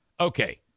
Okay